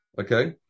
okay